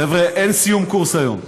חבר'ה, אין סיום קורס היום.